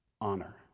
Honor